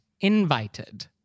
invited